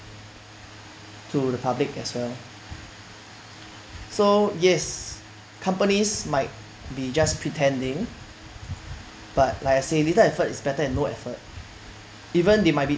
to the public as well so yes companies might be just pretending but like I say little effort is better than no effort even they might be